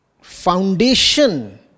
foundation